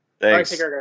Thanks